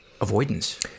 avoidance